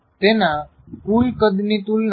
તેના કુલ કદની તુલનામાં